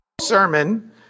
sermon